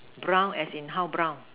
brown as in how brown